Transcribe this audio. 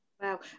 Wow